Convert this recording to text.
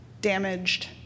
damaged